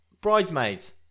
Bridesmaids